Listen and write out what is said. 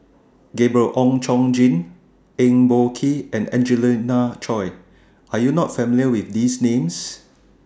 Gabriel Oon Chong Jin Eng Boh Kee and Angelina Choy Are YOU not familiar with These Names